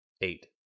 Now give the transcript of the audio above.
eight